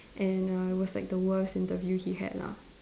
and err it was like the worst interview he had lah